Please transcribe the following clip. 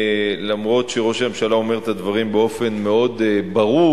למרות העובדה שראש הממשלה אומר את הדברים באופן מאוד ברור,